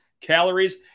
calories